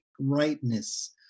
rightness